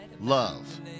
love